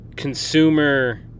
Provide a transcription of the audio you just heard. consumer